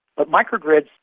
but micro-grids,